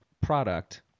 product